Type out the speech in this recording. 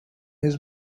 his